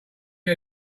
get